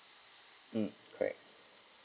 mm correct